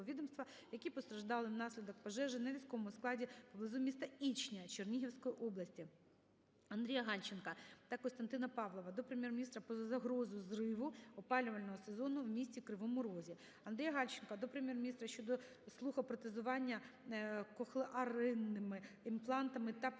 які постраждали внаслідок пожежі на військовому складі поблизу міста Ічня Чернігівської області. АндріяГальченка та Костянтина Павлова до Прем'єр-міністра про загрозу зриву опалювального сезону в місті Кривому Розі. АндріяГальченка до Прем'єр-міністра щодо слухопротезування кохлеарними імплантами та про